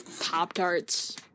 Pop-Tarts